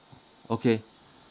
okay